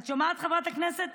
את שומעת, חברת הכנסת